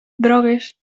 drogues